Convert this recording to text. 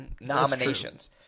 nominations